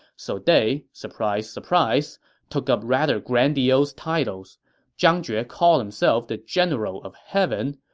so they surprise surprise took up rather grandiose titles zhang jue yeah called himself the general of heaven,